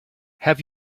have